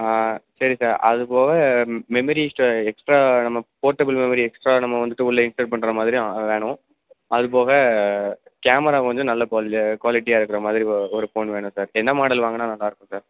சரி சார் அது போக மெமரி எக்ஸ்ட்ரா நம்ம போர்ட்டபில் மாதிரி எக்ஸ்ட்ரா நம்ம வந்துட்டு உள்ளே இன்சர்ட் பண்ணுற மாதிரி வேணும் அது போக கேமரா கொஞ்சம் நல்ல குவாலிட்டியாக இருக்கிற மாதிரி ஒரு ஃபோனு வேணும் சார் என்ன மாடல் வாங்கினா நல்லா இருக்கும் சார்